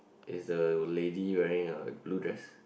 is the lady wearing a blue dress